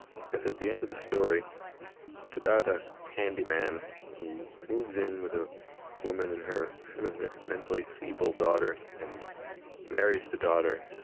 because at the end of the story it's about a handyman who moves in with a woman and her sort of mentally feeble daughter and marries the daughter,